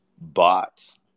bots